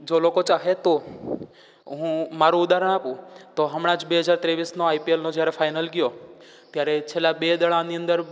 જો લોકો ચાહે તો હું મારું ઉદાહરણ આપું તો હમણાં જ બે હજાર ત્રેવીસનો આઈપીએલનો જ્યારે ફાઇનલ ગયો ત્યારે છેલ્લા બે દડાની અંદર